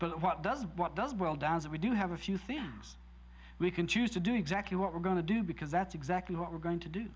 but what does what does boil down to we do have a few things we can choose to do exactly what we're going to do because that's exactly what we're going to do